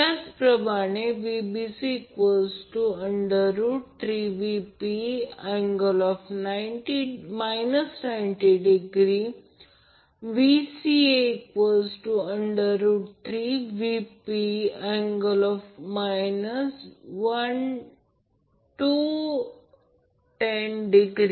त्याचप्रमाणे Vbc3Vp∠ 90° Vca3Vp∠ 210°